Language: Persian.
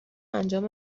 انجام